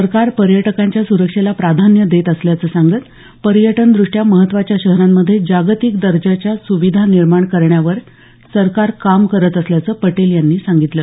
सरकार पर्यटकांच्या सुरक्षेला प्राधान्य देत असल्याचं सांगत पर्यटनद्रष्ट्या महत्त्वाच्या शहरांमध्ये जागतिक दर्जाच्या सुविधा निर्माण करण्यावर सरकार काम करत असल्याचं पटेल यांनी सांगितलं